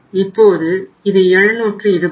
இப்போது இது 720